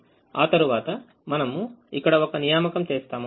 ఆ తరువాత మనము ఇక్కడ ఒక నియామకం చేస్తాము